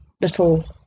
little